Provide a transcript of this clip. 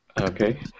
Okay